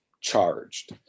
charged